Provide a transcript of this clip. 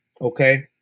okay